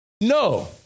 No